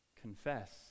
confess